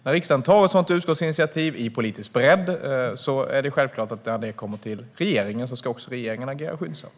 När riksdagen tar ett sådant utskottsinitiativ i politisk bredd och det kommer till regeringen är det självklart att regeringen också ska agera skyndsamt.